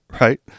Right